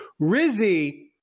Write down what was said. Rizzy